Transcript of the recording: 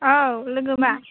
औ लोगो मा